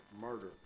murder